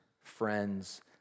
friends